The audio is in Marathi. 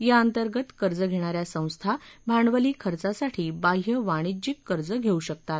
याअंतर्गत कर्ज घेणा या संस्था भांडवली खर्चासाठी बाह्य वाणिज्यिक कर्ज धेऊ शकतात